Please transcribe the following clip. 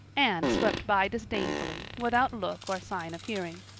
anne swept by disdainfully, without look or sign of hearing.